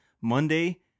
monday